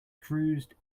cruised